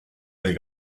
del